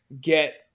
get